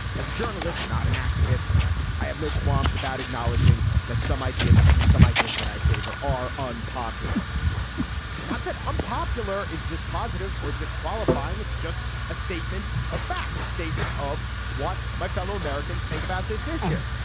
as a journalist not an activist i have no qualms about acknowledging that some ideas even some ideas that i favor are unpopular not that unpopular is dispositive or disqualifying it's just a statement of fact a statement of what my fellow americans think about this issue.